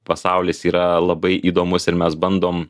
pasaulis yra labai įdomus ir mes bandom